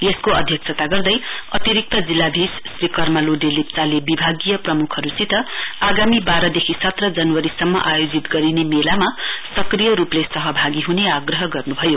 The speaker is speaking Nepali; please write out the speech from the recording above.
यसको अध्यक्षता गर्दै अतिरिक्त जिल्लाधीश श्री कर्मा लोडे लेप्वाले विभागीय प्रमुखहरूसित आगामी बाहदेखि सत्र जनवरीसम्म आयोजित गरिने मेलामा सक्रिय रूपले सहभागी हुने आग्रह गर्नुभयो